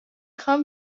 خوام